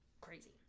crazy